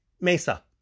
Mesa